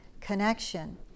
connection